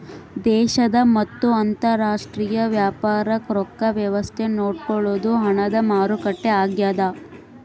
ದೇಶದ ಮತ್ತ ಅಂತರಾಷ್ಟ್ರೀಯ ವ್ಯಾಪಾರಕ್ ರೊಕ್ಕ ವ್ಯವಸ್ತೆ ನೋಡ್ಕೊಳೊದು ಹಣದ ಮಾರುಕಟ್ಟೆ ಆಗ್ಯಾದ